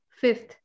Fifth